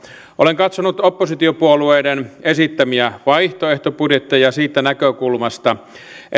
olen katsonut oppositiopuolueiden esittämiä vaihtoehtobudjetteja siitä näkökulmasta